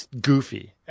goofy